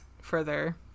further